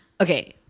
Okay